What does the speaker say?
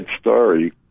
story